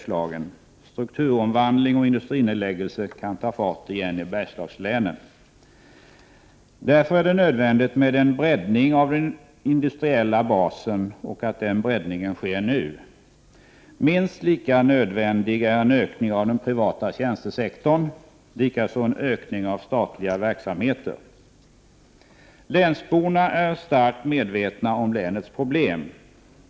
Strukturomvandling och industrinedläggelse kan ta fart igen i Bergslagslänen. Därför är det nödvändigt med en breddning av den industriella basen, och att den breddningen sker nu. Minst lika nödvändig är en ökning av den privata tjänstesektorn, liksom en ökning av statliga verksamheter. Länsborna är starkt medvetna om länets problem.